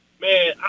Man